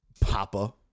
Papa